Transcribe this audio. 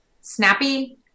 snappy